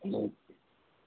okay